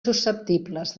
susceptibles